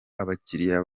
abakiriya